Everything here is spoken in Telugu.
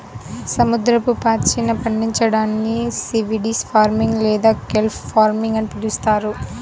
సముద్రపు పాచిని పండించడాన్ని సీవీడ్ ఫార్మింగ్ లేదా కెల్ప్ ఫార్మింగ్ అని పిలుస్తారు